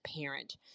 parent